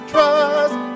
Trust